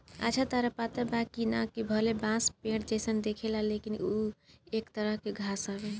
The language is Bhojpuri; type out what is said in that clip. अच्छा ताहरा पता बा की ना, कि भले बांस पेड़ जइसन दिखेला लेकिन उ एक तरह के घास हवे